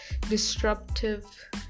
disruptive